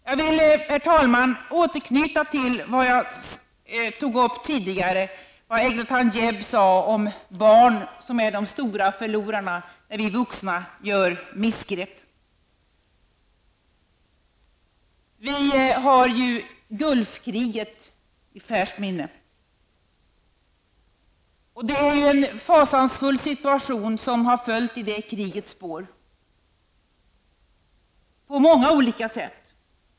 Jag vill, herr talman, återknyta till vad jag tog upp tidigare -- Eglantyne Jebbs uttalande att det är barnen som är de stora förlorarna när vi vuxna gör missgrepp. Vi har ju Gulfkriget i färskt minne. Det är en fasansfull situation som har följt i det krigets spår, på många olika sätt.